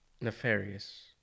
nefarious